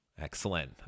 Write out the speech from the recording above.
Excellent